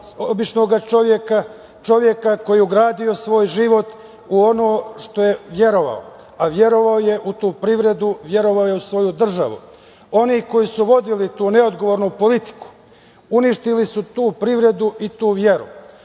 čoveka, čoveka koji je ugradio svoj život u ono što je verovao, a verovao je u tu privredu, verovao je u svoju državu. Oni koji su vodili tu neodgovornu politiku uništili su tu privredu i tu veru.